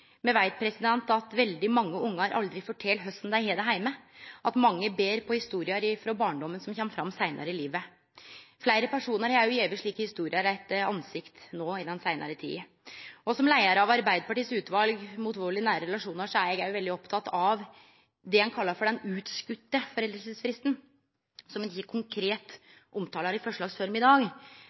Me veit at veldig mange ungar aldri fortel korleis dei har det heime, at mange ber på historier frå barndommen som kjem fram seinare i livet. Fleire personar har òg gjeve slike historier eit andlet no i den seinare tida. Som leiar av Arbeidarpartiets utval mot vald i nære relasjonar er eg òg veldig oppteken av det ein kallar «den utskutte foreldelsesfristen», som ein ikkje konkret omtaler i forslags form i dag,